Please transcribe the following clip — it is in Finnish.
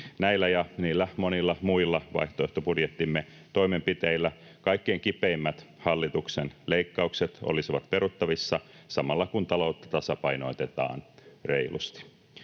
Näillä ja niillä monilla muilla vaihtoehtobudjettimme toimenpiteillä kaikkein kipeimmät hallituksen leikkaukset olisivat peruttavissa samalla, kun taloutta tasapainotetaan reilusti.